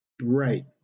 Right